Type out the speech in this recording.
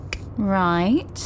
Right